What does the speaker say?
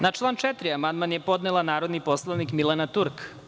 Na član 4. amandman je podnela narodni poslanik Milena Turk.